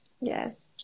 Yes